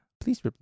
Please